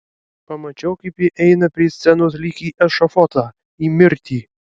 pamačiau kaip ji eina prie scenos lyg į ešafotą į mirtį